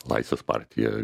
laisvės partija